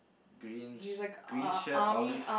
green green shirt olive